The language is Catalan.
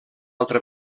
altra